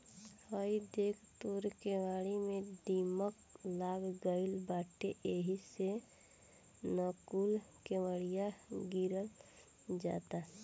हइ देख तोर केवारी में दीमक लाग गइल बाटे एही से न कूल केवड़िया गिरल जाता